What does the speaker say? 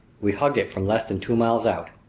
we hugged it from less than two miles out.